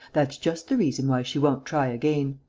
that's just the reason why she won't try again.